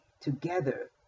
together